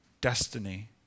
destiny